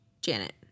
Janet